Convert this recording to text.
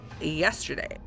yesterday